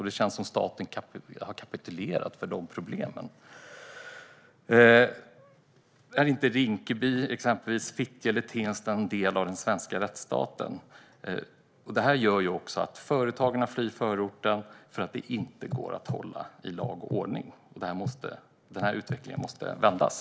Det känns som att staten har kapitulerat för dessa problem. Är inte exempelvis Rinkeby, Fittja och Tensta en del av den svenska rättsstaten? Dessutom flyr företagarna förorten eftersom det inte råder lag och ordning. Denna utveckling måste vändas.